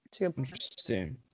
interesting